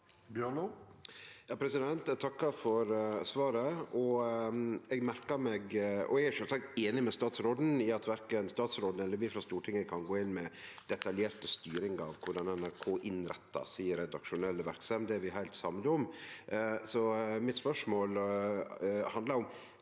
(V) Eg takkar for svar- et. Eg er sjølvsagt einig med statsråden i at verken statsråden eller vi frå Stortinget kan gå inn med detaljert styring av korleis NRK innrettar si redaksjonelle verksemd. Det er vi heilt samde om.